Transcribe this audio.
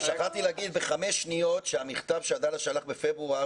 שכחתי להגיד שהמכתב שעדאללה שלח בפברואר